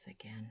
again